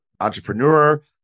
entrepreneur